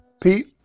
Pete